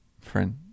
friend